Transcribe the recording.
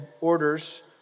orders